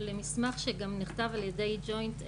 למסמך שגם נכתב על ידי ג'ויינט אשל,